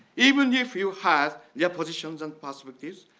even if you have their positions and possibilities,